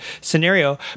scenario